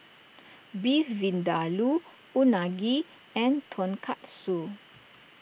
Beef Vindaloo Unagi and Tonkatsu